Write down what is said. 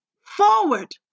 forward